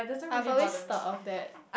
I've always thought of that